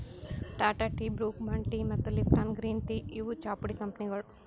Tata tea, Brooke Bond tea ಮತ್ತ್ Lipton green tea ಇವ್ ಚಾಪುಡಿ ಕಂಪನಿಗೊಳ್